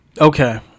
Okay